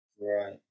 Right